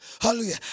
hallelujah